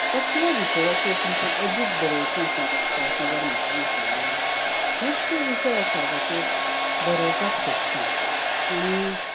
कसल्या विशयाचेर तुमकां अदीक बरोवचें अशें दिसता अशें म्हाका विचारल्यार खुबशे विशय आसात जाचेर बरोवपाक सोदतां आनी